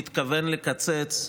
התכוון לקצץ,